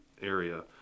area